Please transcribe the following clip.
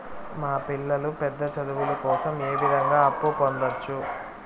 మా పిల్లలు పెద్ద చదువులు కోసం ఏ విధంగా అప్పు పొందొచ్చు?